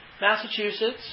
Massachusetts